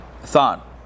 thought